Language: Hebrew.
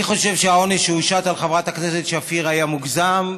אני חושב שהעונש שהושת על חברת הכנסת שפיר היה מוגזם,